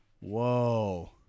whoa